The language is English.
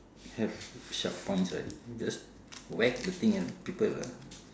have sharp palms right just whack the thing at people lah